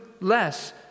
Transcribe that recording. less